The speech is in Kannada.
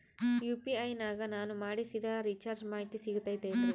ಯು.ಪಿ.ಐ ನಾಗ ನಾನು ಮಾಡಿಸಿದ ರಿಚಾರ್ಜ್ ಮಾಹಿತಿ ಸಿಗುತೈತೇನ್ರಿ?